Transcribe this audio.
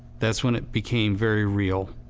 that's when it became very real.